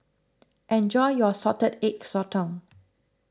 enjoy your Salted Egg Sotong